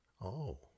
Oh